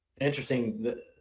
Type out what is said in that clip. interesting